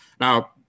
Now